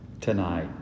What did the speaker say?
tonight